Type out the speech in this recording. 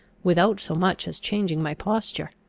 without so much as changing my posture.